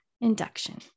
Induction